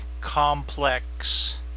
complex